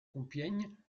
compiègne